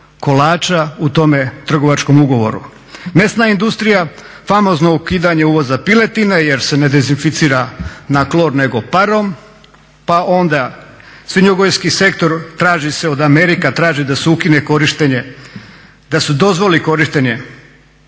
kolača u tome trgovačkom ugovoru. Mesna industrija famozno ukidanje uvoza piletine jer se ne dezinficira na klor nego parom, pa onda svinjogojski sektor traži se od Amerika traži da se ukine korištenje, da se dozvoli korištenje